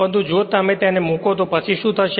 પરંતુ જો તેને મુક્ત કરો તો પછી શું થશે